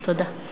תודה.